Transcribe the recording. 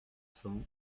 cents